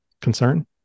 concern